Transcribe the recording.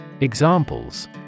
Examples